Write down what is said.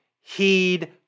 Heed